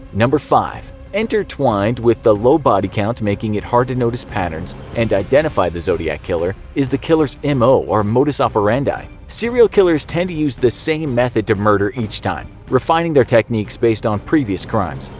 number five entertwined with the low body count making it hard to notice patterns and identify the zodiac killer, is the killer's and mo or modus operandi. serial killers tend to use same method to murder each time, refining their technique based on previous crimes.